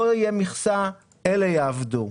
לא יהיה מכסה אלה יעבדו.